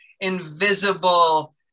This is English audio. invisible